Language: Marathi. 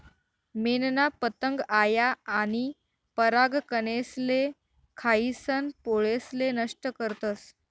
मेनना पतंग आया आनी परागकनेसले खायीसन पोळेसले नष्ट करतस